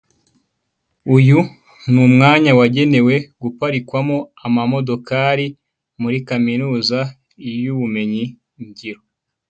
Uyu ni umwanya wagenewe guparikwamo amamodokari, muri Kaminuza y'ubumenyi ngiro.